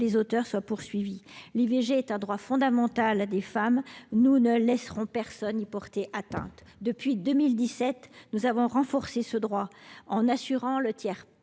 ses auteurs soient poursuivis. L’IVG est un droit fondamental des femmes et nous ne laisserons personne y porter atteinte. Depuis 2017, nous avons renforcé ce droit en assurant le tiers